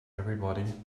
everybody